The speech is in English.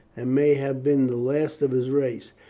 and may have been the last of his race.